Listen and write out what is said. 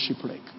shipwreck